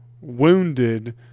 wounded